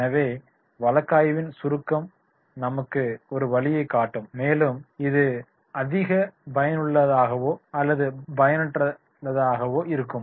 எனவே வழக்காய்வின் சுருக்கம் நமக்கு ஒரு வழியை காட்டும் மேலும் இது அதிக பயனுள்ளதாகவோ அல்லது பயனற்றதாகவோ இருக்கும்